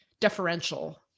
deferential